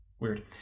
Weird